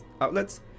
outlets